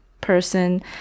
person